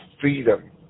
freedom